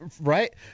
Right